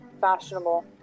fashionable